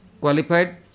qualified